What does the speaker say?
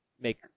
make